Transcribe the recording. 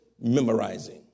memorizing